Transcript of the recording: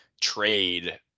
trade